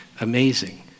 amazing